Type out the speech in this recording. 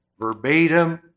verbatim